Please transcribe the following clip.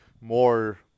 more